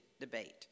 debate